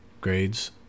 grades